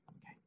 Okay